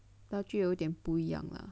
那就有一点不一样了